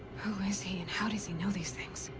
who is he, and how does he know these things?